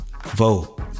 Vote